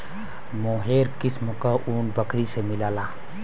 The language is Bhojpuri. मोहेर किस्म क ऊन बकरी से मिलला